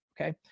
okay